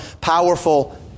powerful